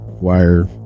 wire